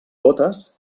gotes